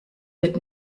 wird